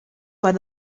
where